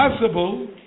possible